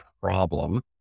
problem